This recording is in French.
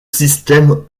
système